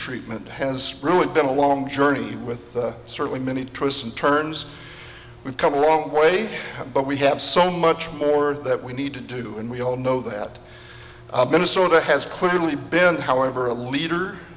treatment has really been a long journey with certainly many twists and turns we've come a long way but we have so much more that we need to do and we all know that minnesota has clearly been however a leader